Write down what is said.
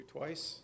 twice